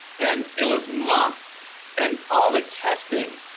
and it was months! and all the testing,